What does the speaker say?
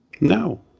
No